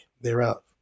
thereof